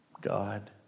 God